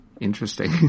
interesting